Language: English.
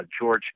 George